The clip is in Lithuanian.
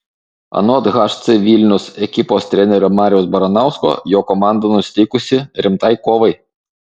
anot hc vilnius ekipos trenerio mariaus baranausko jo komanda nusiteikusi rimtai kovai